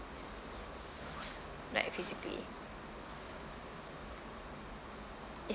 like physically